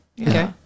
Okay